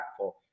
impactful